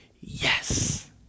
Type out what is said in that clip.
yes